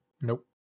Nope